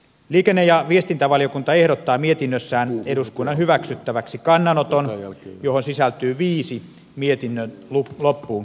liikenne ja viestintävaliokunta ehdottaa mietinnössään eduskunnan hyväksyttäväksi kannanoton johon sisältyy viisi mietinnön loppuun kirjattua kohtaa